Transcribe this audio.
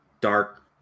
dark